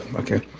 okay.